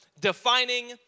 Defining